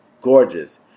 gorgeous